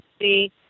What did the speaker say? see